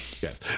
Yes